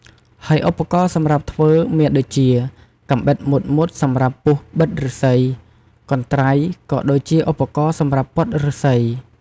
ហើយឧបករណ៍សម្រាប់ធ្វើមានដូចជា កាំបិតមុតៗសម្រាប់ពុះបិតឫស្សី កន្ត្រៃ ក៏ដូចជាឧបករណ៍សម្រាប់ពត់ឫស្សី។